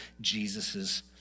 Jesus's